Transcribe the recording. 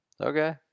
Okay